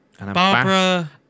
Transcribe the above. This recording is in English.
Barbara